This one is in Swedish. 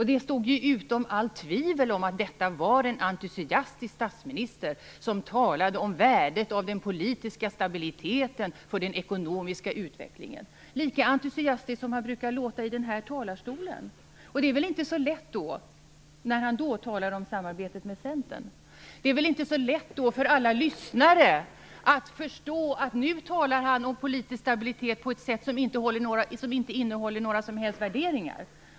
Det är ställt utom allt tvivel att det var en entusiastisk statsminister som talade om värdet av den politiska stabiliteten för den ekonomiska utvecklingen. Han lät lika entusiastisk som han brukar göra när han talar i denna talarstol om samarbetet med Centern. Det är väl inte så lätt för alla lyssnare att då förstå att nu talar Göran Persson om politisk stabilitet på ett sådant sätt att det inte innehåller några som helst värderingar.